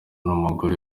n’umugore